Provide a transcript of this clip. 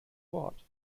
wort